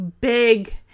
big